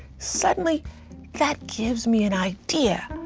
suddenly that gives me an idea.